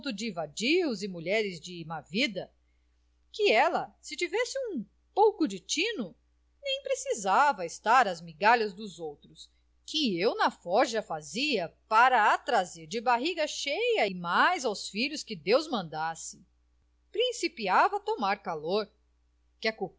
vadios e mulheres de má vida que ela se tivesse um pouco de tino nem precisava estar às migalhas dos outros que eu na forja fazia para a trazer de barriga cheia e mais aos filhos que deus mandasse principiava a tomar calor que